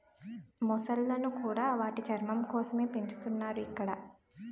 మొసళ్ళను కూడా వాటి చర్మం కోసమే పెంచుతున్నారు ఇక్కడ